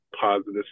positive